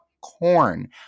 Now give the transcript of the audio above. corn